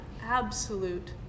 absolute